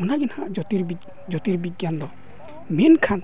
ᱚᱱᱟ ᱜᱮ ᱱᱟᱦᱟᱜ ᱡᱳᱛᱤᱨ ᱵᱤᱜᱽᱜᱟᱱ ᱫᱚ ᱢᱮᱱᱠᱷᱟᱱ